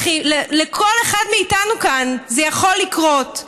לכל אחד מאיתנו כאן זה יכול לקרות.